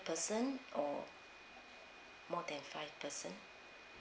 person or more than five person